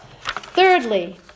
Thirdly